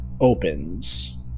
opens